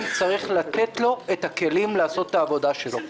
צריך לתת לו את הכלים לעשות את העבודה שלו.